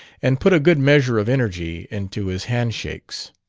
and put a good measure of energy into his handshakes.